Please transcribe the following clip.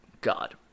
God